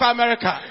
America